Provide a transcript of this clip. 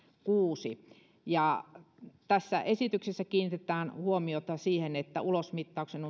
kuusi tässä esityksessä kiinnitetään huomiota siihen että ulosmittauksen